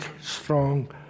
strong